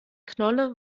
knolle